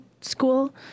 school